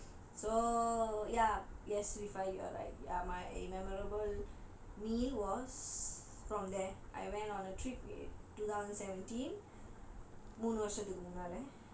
so ya yes we find you are like my uh memorable meal was from there I went on a trip in two thousand seventeen மூணு வருஷத்துக்கு முன்னால:moonu varushathuku munnala